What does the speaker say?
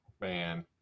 Man